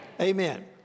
Amen